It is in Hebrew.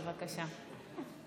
בבקשה.